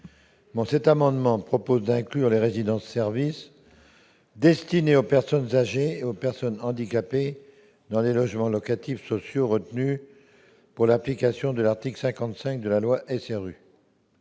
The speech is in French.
Fouché. Nous proposons d'inclure les résidences-services destinées aux personnes âgées ou aux personnes handicapées parmi les logements locatifs sociaux pris en compte pour l'application de l'article 55 de la loi SRU